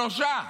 שלושה.